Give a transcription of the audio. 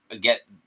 get